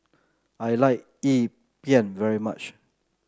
I like Yi very much